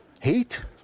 Heat